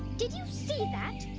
did you see that?